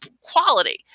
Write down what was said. quality